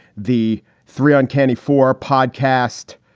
the three uncanny for podcast.